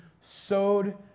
sowed